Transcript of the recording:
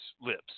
lips